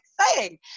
exciting